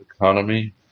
economy